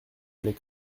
les